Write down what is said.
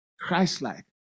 Christ-like